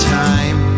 time